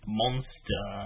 monster